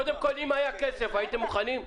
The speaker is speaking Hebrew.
קודם כל, אם היה כסף, הייתם מוכנים?